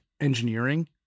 engineering